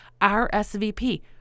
RSVP